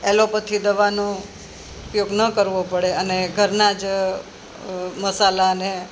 allopathy દવાનો ઉપયોગ ન કરવો પડે અને ઘરના જ મસાલાને